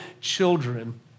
children